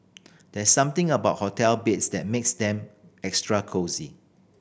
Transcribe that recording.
there's something about hotel beds that makes them extra cosy